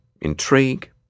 Intrigue